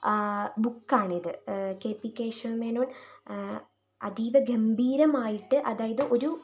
ബുക്കാണിത് K P Kesava Menon അതീവ ഗംഭീരമായിട്ട് അതായത് ഒരു